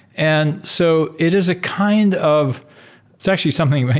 and so it is a kind of it's actually something.